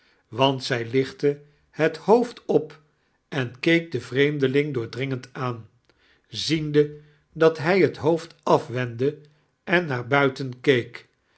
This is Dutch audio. want zij liohtte het hioofd op ein keek den vreeimdeliing doordringend aan ziende dat hij het hoofd afwendd en naar burton keek